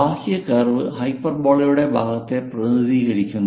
ബാഹ്യ കർവ് ഹൈപ്പർബോളയുടെ ഭാഗത്തെ പ്രതിനിധീകരിക്കുന്നു